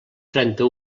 trenta